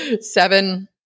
Seven